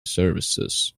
services